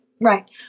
Right